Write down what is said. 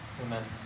Amen